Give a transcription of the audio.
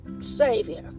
Savior